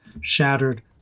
shattered